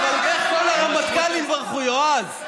אבל איך כל הרמטכ"לים ברחו, יועז.